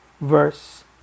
verse